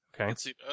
Okay